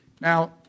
Now